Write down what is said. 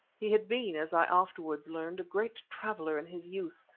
he had been, as i afterwards learned, a great traveller in his youth,